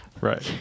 right